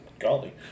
golly